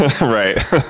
Right